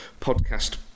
podcast